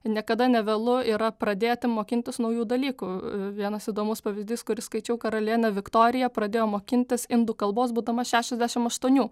niekada nevėlu yra pradėti mokintis naujų dalykų vienas įdomus pavyzdys kurį skaičiau karalienė viktorija pradėjo mokintis indų kalbos būdama šešiasdešimt aštuonių